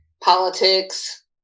politics